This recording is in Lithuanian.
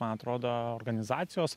man atrodo organizacijos